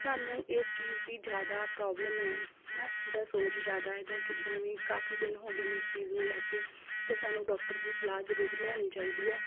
ਸਾਨੂੰ ਇਸ ਚੀਜ਼ ਦੀ ਜਿਆਦਾ ਪ੍ਰੋਬਲਮ ਹੈ ਨਾ ਜਾਂ ਸੋਜ਼ ਜ਼ਿਆਦਾ ਜਾਂ ਕਿੱਦਾਂ ਵੀ ਕਾਫ਼ੀ ਦਿਨ ਹੋ ਗਏ ਨੇ ਇਸ ਚੀਜ਼ ਨੂੰ ਲੈ ਕੇ ਤੇ ਸਾਨੂੰ ਡੋਕਟਰ ਦੀ ਸਲਾਹ ਜ਼ਰੂਰ ਲੈਣੀ ਚਾਹੀਦੀ ਹੈ